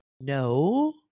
No